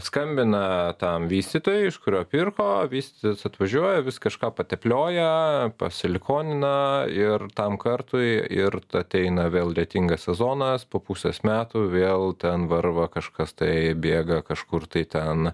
skambina tam vystytojui iš kurio pirko vystytojas atvažiuoja vis kažką pateplioja pasilikonina ir tam kartui ir ateina vėl lietingas sezonas po pusės metų vėl ten varva kažkas tai bėga kažkur tai ten